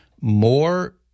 more